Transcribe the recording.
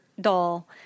doll